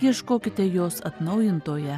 ieškokite jos atnaujintoje